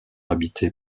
habitée